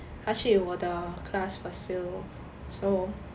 他去我的 class facil so